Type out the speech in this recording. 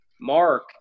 Mark